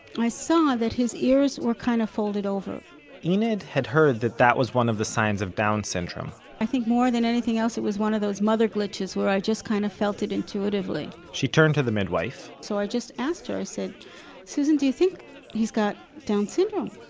i saw that his ears were kind of folded over enid had heard that that was one of the signs of down syndrome i think more than anything else it was one of those mother glitches, where i just kind of felt it intuitively she turned to the midwife so i just asked her, i said susan, do you think he's got down syndrome?